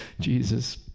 Jesus